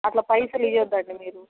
అట్లా పైసలు ఇవ్వద్దండి మీరు